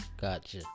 Gotcha